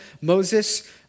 Moses